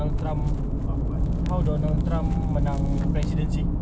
so right now dia tahu like okay let's ah dia orang tengah buat